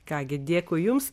ką gi dėkui jums